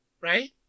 Right